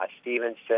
Stevenson